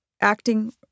Acting